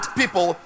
people